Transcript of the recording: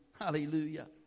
Hallelujah